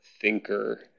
thinker